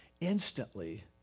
instantly